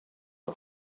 are